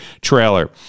trailer